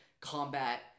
combat